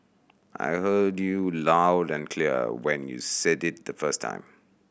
I heard you loud and clear when you said it the first time